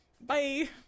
Bye